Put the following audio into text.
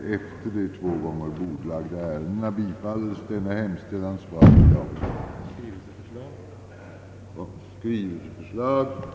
Beträffande nämnda memorial hemställer utskottet, att de måtte företagas till avgörande efter allenast en bordläggning.